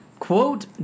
Quote